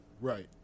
Right